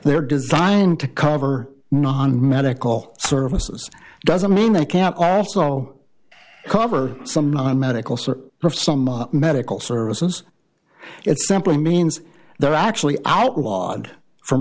they're designed to cover non medical services doesn't mean they can't also cover some non medical sort of some medical services it simply means they're actually outlawed from